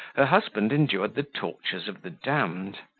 her husband endured the tortures of the damned.